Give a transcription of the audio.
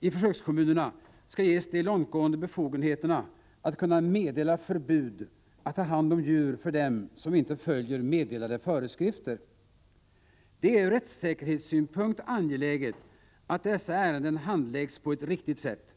i försökskommunerna skall ges de långtgående befogenheterna att kunna meddela förbud att ha hand om djur för dem som inte följer meddelade föreskrifter. Det är ur rättssäkerhetssynpunkt angeläget att dessa ärenden handläggs på ett riktigt sätt.